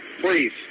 Please